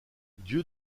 dieu